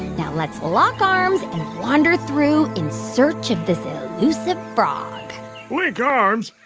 now let's lock arms and wander through in search of this elusive frog link arms?